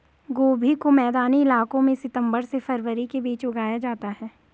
गोभी को मैदानी इलाकों में सितम्बर से फरवरी के बीच उगाया जाता है